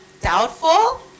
doubtful